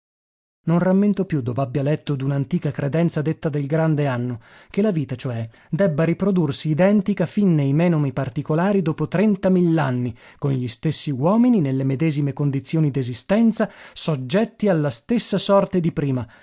non rammento più dov'abbia letto d'una antica credenza detta del grande anno che la vita cioè debba riprodursi identica fin nei menomi particolari dopo trenta mil'anni con gli stessi uomini l'uomo solo luigi pirandello nelle medesime condizioni d'esistenza soggetti alla stessa sorte di prima